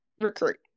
recruit